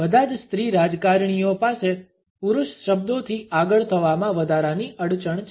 બધા જ સ્ત્રી રાજકારણીઓ પાસે પુરુષ શબ્દોથી આગળ થવામાં વધારાની અડચણ છે